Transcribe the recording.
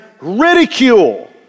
ridicule